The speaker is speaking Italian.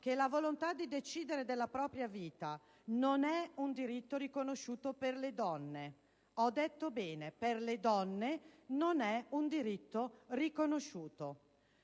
che la volontà di decidere della propria vita, non è un diritto riconosciuto, per le donne. Ho detto bene: per le donne non è un diritto riconosciuto.